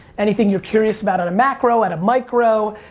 anything you're curious about on a macro, at a micro,